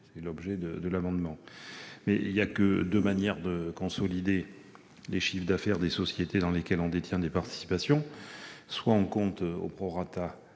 minoritaires. Or il n'y a que deux manières de consolider les chiffres d'affaires des sociétés dans lesquelles on détient des participations. Soit en compte au prorata